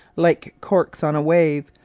like corks on a wave,